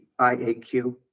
IAQ